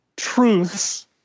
truths